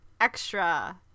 extra